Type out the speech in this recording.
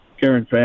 Karen